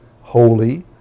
holy